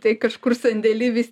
tai kažkur sandėly vis